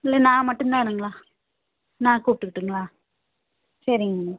இல்லை நான் மட்டும் தானுங்களா நான் கூப்பிட்டுக்கிட்டுங்களா சரிங்க மேடம்